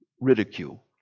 ridicule